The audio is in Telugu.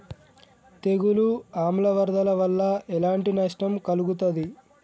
తెగులు ఆమ్ల వరదల వల్ల ఎలాంటి నష్టం కలుగుతది?